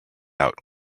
out